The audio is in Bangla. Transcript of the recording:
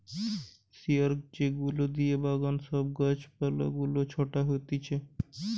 শিয়ার যেগুলা দিয়ে বাগানে সব গাছ পালা গুলা ছাটা হতিছে